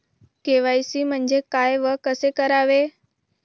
KYC म्हणजे काय व कसे करावे?